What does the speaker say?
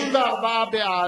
34 בעד,